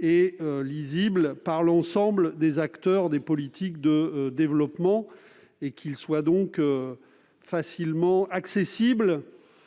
et lisible par l'ensemble des acteurs des politiques de développement et qu'il soit également facilement accessible